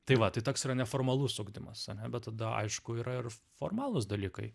tai va toks yra neformalus ugdymas ane bet tada aišku yra ir formalūs dalykai